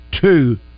two